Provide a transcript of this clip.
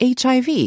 HIV